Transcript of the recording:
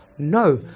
no